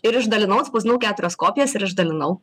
ir išdalinau atspausdinau keturias kopijas ir išdalinau